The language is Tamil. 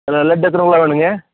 அது லட்டு எத்தனை கிலோ வேணும்ங்க